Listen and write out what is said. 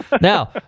Now